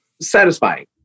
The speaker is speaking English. satisfying